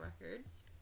records